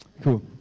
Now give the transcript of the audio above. Cool